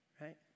Right